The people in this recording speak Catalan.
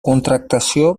contractació